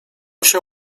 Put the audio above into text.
się